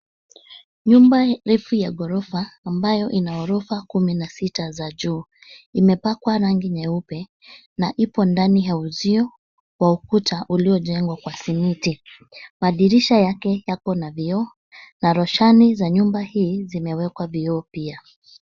Nyumba refu ya ghorofa ambayo ina ghorofa kumi na sita za juu, imepakwa rangi nyeupe na ipo ndani ya uzio wa ukuta uliojengwa kwa simiti. Madirisha yake yako na vioo na roshani za nyumba hii zimewekwa vioo pia.